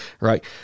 right